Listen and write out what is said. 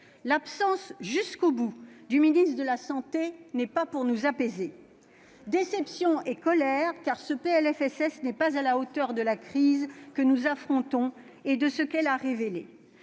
L'absence, jusqu'au bout, du ministre de la santé n'est pas pour nous apaiser ! Déception et colère, car ce PLFSS n'est pas à la hauteur de la crise que nous affrontons et de ce qu'elle a révélé.